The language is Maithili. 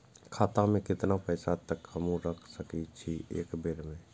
खाता में केतना पैसा तक हमू रख सकी छी एक बेर में?